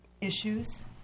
issues